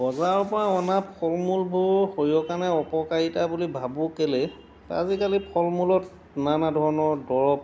বজাৰৰপৰা অনা ফল মূলবোৰ শৰীৰৰ কাৰণে অপকাৰিতা বুলি ভাবোঁ কেলেই আজিকালি ফল মূলত নানা ধৰণৰ দৰৱ